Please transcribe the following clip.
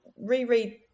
reread